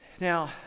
Now